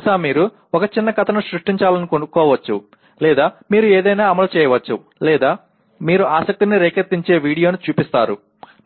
బహుశా మీరు ఒక చిన్న కథను సృష్టించాలనుకోవచ్చు లేదా మీరు ఏదైనా అమలు చేయవచ్చు లేదా మీరు ఆసక్తిని రేకెత్తించే వీడియోను చూపిస్తారు